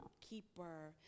keeper